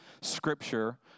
scripture